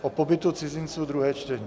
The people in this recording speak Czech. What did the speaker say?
O pobytu cizinců, druhé čtení.